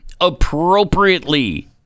appropriately